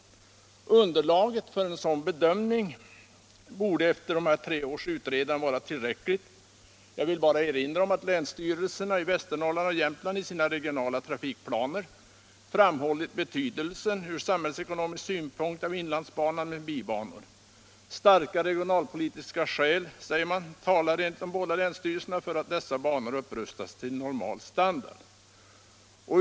Underlaget för en sådan bedömning borde efter tre års utredande vara tillräckligt. Jag vill bara erinra om att länsstyrelserna i Västernorrlands och Jämtlands län i sina regionala trafikplaner framhållit betydelsen från samhällsekonomisk synpunkt av inlandsbanan med bibanor. Starka regionalpolitiska skäl talar enligt de båda länsstyrelserna för att dessa banor upprustas till normal standard.